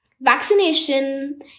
vaccination